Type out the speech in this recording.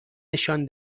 نشان